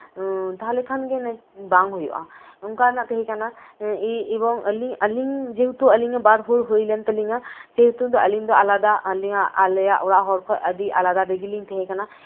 ᱛᱟᱦᱞᱮ ᱠᱷᱟᱱ ᱫᱚ ᱵᱟᱝ ᱦᱩᱭᱩᱜᱼᱟ ᱚᱱᱠᱟᱱᱟᱜ ᱛᱟᱦᱮᱸ ᱠᱟᱱᱟ ᱮᱵᱚᱝ ᱟᱹᱞᱤᱧ ᱟᱹᱞᱤᱧ ᱡᱮᱦᱮᱛᱩ ᱵᱟᱨ ᱦᱚᱲ ᱦᱩᱭ ᱞᱮᱱ ᱛᱟᱹᱞᱤᱧᱟ ᱥᱮᱦᱮᱛᱩ ᱟᱹᱞᱤᱧ ᱫᱚ ᱟᱞᱟᱫᱟ ᱟᱹᱞᱤᱧᱟᱜ ᱟᱞᱮᱭᱟᱜ ᱚᱲᱟᱜ ᱦᱚᱲ ᱠᱷᱚᱱ ᱟᱹᱰᱤ ᱟᱞᱟᱫᱟ ᱨᱮᱜᱮ ᱞᱤᱧ ᱛᱟᱦᱮᱸ ᱠᱟᱱᱟ